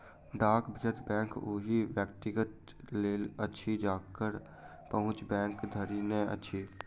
डाक वचत बैंक ओहि व्यक्तिक लेल अछि जकर पहुँच बैंक धरि नै अछि